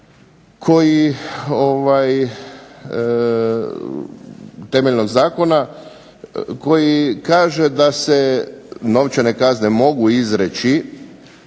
koji, temeljnog zakona, koji kaže da se novčane kazne mogu izreći,